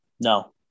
No